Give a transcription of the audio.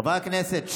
חברי הכנסת,